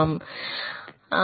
இங்கு வரும் 0